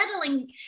settling